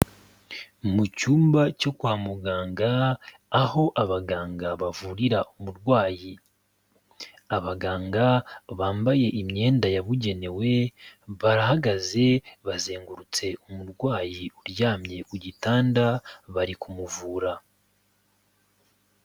Mu cyumba cyo kwa muganga aho abaganga bavurira umurwayi. Abaganga bambaye imyenda yabugenewe barahagaze, bazengurutse umurwayi uryamye ku gitanda bari kumuvura.